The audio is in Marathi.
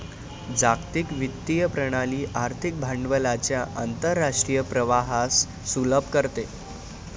जागतिक वित्तीय प्रणाली आर्थिक भांडवलाच्या आंतरराष्ट्रीय प्रवाहास सुलभ करते